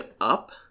up